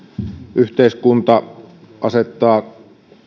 yhteiskunta asettaa